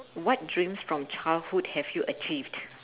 what dreams from childhood have you achieved